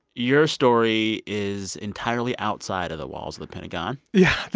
your story is entirely outside of the walls of the pentagon yeah.